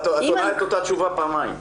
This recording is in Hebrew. את עונה את אותה תשובה פעמיים.